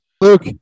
Luke